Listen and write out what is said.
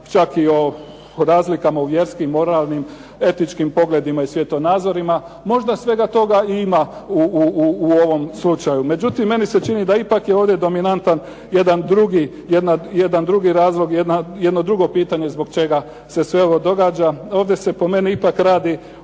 čak i o razlikama u vjerskim, moralnim, etičkimi pogledima i svjetonazorima. Možda svega toga i ima u ovom slučaju. Međutim, meni se čini da ipak je ovdje dominantan jedan drugi, jedan drugi razlog, jedno drugo pitanje zbot čega se sve ovo događa. Ovdje se po meni ipak radi